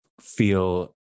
feel